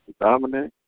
Dominic